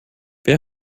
wer